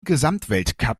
gesamtweltcup